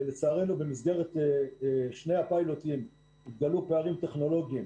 לצערנו במסגרת שני הפיילוטים התגלו פערים טכנולוגיים.